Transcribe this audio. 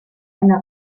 eine